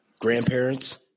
Grandparents